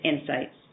insights